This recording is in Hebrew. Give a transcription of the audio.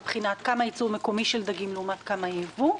מבחינת כמה ייצור מקומי של דגים לעומת כמה ייבוא.